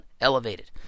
elevated